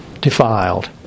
defiled